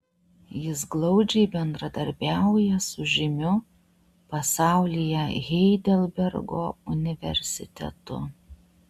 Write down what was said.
jis glaudžiai bendradarbiauja su žymiu pasaulyje heidelbergo universitetu